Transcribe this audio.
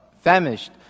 famished